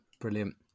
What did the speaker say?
brilliant